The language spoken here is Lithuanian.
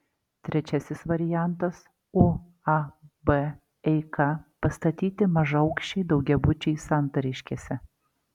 trečiasis variantas uab eika pastatyti mažaaukščiai daugiabučiai santariškėse